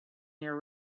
near